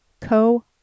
Co